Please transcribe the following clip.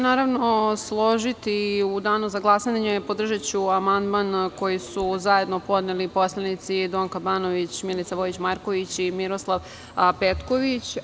Naravno, složiću se i u danu za glasanje ću podržati amandman koji su zajedno podneli poslanici: Donka Banović, Milica Vojić Marković i Miroslav Petković.